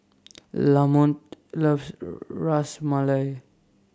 Lamont loves Ras Malai